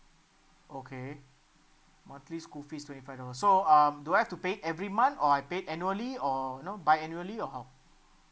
okay monthly school fees twenty five dollars so um do I have to pay every month or I pay annually or you know bi annually or how